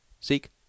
Seek